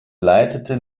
leitete